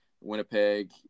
Winnipeg